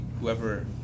whoever